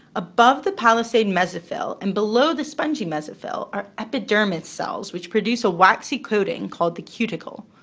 above the palisade mesophyll and below the spongy mesophyll are epidermis cells, which produce a waxy coating called the cuticle.